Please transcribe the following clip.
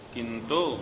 Kinto